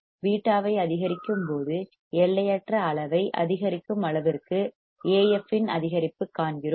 β ஐ அதிகரிக்கும்போது எல்லையற்ற அளவை அதிகரிக்கும் அளவிற்கு ன் அதிகரிப்பு காண்கிறோம்